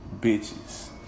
bitches